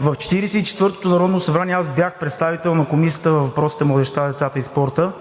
В 44-тото народно събрание бях представител на Комисията по въпросите за младежта, децата и спорта